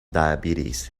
diabetes